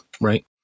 Right